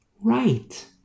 right